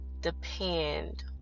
depend